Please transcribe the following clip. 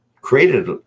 created